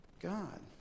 God